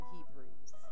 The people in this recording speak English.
Hebrews